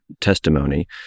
testimony